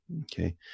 Okay